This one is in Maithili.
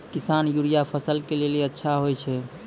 किसान यूरिया फसल के लेली अच्छा होय छै?